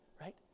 right